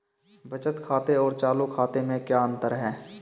बचत खाते और चालू खाते में क्या अंतर है?